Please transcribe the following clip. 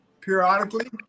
periodically